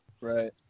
Right